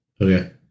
Okay